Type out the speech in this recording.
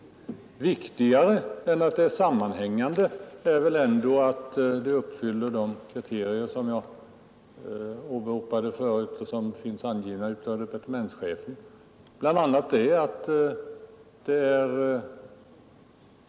Viktigare än att området är sammanhängande är ändå att det uppfyller de kriterier som jag åberopade förut och som finns angivna av departementschefen.